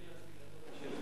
חבר הכנסת אברהים צרצור?